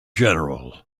general